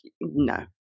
no